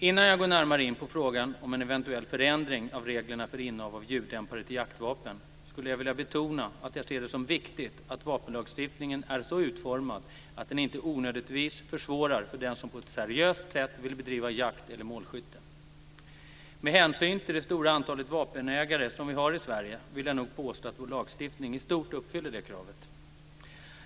Innan jag går närmare in på frågan om en eventuell förändring av reglerna för innehav av ljuddämpare till jaktvapen, skulle jag vilja betona att jag ser det som viktigt att vapenlagstiftningen är så utformad att den inte onödigtvis försvårar för den som på ett seriöst sätt vill bedriva jakt eller målskytte. Med hänsyn till det stora antalet vapenägare som vi har i Sverige vill jag nog påstå att vår lagstiftning i stort uppfyller det kravet.